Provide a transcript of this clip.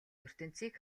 ертөнцийг